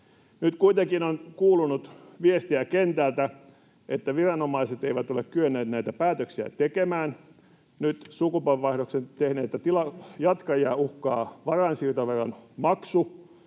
Nyt kuitenkin on kuulunut kentältä viestejä siitä, että viranomaiset eivät ole kyenneet näitä päätöksiä tekemään. Nyt sukupolvenvaihdoksen tehneitä tilanjatkajia uhkaa varainsiirtoveron maksu.